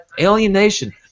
Alienation